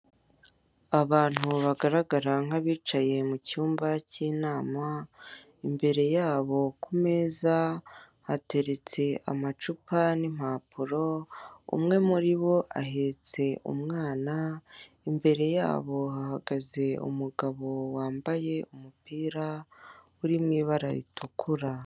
Abantu bagaragara nk'abicaye mu cyumba k'inama imbere yabo ku meza hateretse amacupa n'impapuro, umwe muri bo ahetse umwana imbere yabo hahagaze umugabo wambaye umupira uri mu ibara ritukura.